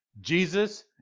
Jesus